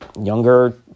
younger